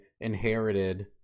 inherited